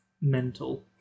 mental